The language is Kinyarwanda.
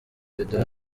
biduha